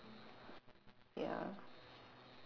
ya